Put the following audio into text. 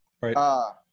Right